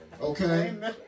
okay